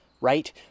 Right